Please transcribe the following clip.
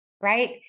right